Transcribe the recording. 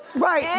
right, yeah